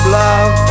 love